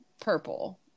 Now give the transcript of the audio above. Purple